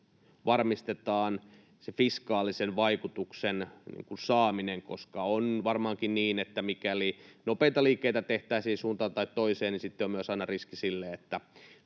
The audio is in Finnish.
varmistetaan sen fiskaalisen vaikutuksen saaminen, koska on varmaankin niin, että mikäli nopeita liikkeitä tehtäisiin suuntaan tai toiseen, olisi myös aina riski, että